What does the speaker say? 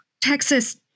Texas